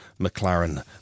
McLaren